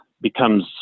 becomes